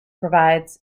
provides